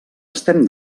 estem